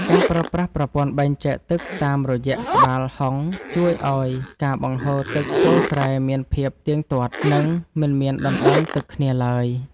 ការប្រើប្រាស់ប្រព័ន្ធបែងចែកទឹកតាមរយៈក្បាលហុងជួយឱ្យការបង្ហូរទឹកចូលស្រែមានភាពទៀងទាត់ និងមិនមានដណ្តើមទឹកគ្នាឡើយ។